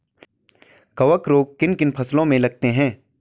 कवक रोग किन किन फसलों में लगते हैं?